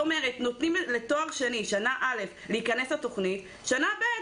נותנים לשנה א' בתואר שני להיכנס לתכנית ובשנה ב',